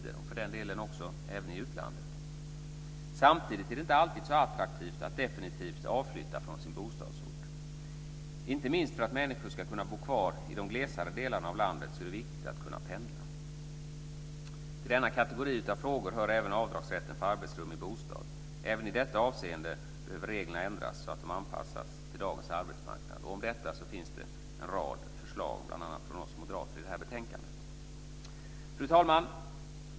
Den behövs för den delen även i utlandet. Samtidigt är det inte alltid så attraktivt att definitivt avflytta från sin bostadsort. Inte minst för att människor ska kunna bo kvar i de glesare delarna av landet är det viktigt att kunna pendla. Till denna kategori frågor hör även avdragsrätten för arbetsrum i bostad. Även i detta avseende behöver reglerna ändras så att de anpassas till dagens arbetsmarknad. Om detta finns det en rad förslag från bl.a. oss moderater i det här betänkandet Fru talman!